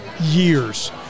years